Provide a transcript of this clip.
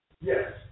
Yes